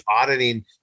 auditing